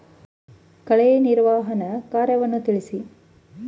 ಕಳೆಯ ನಿರ್ವಹಣಾ ಕಾರ್ಯವನ್ನು ತಿಳಿಸಿ?